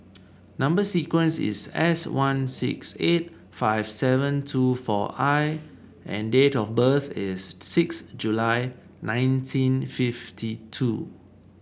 number sequence is S one six eight five seven two four I and date of birth is six July nineteen fifty two